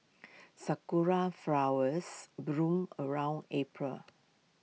Sakura Flowers bloom around April